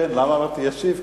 למה אמרתי ישיב?